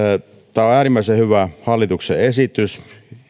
tämä on äärimmäisen hyvä hallituksen esitys